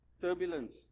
Turbulence